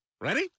Ready